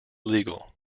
legal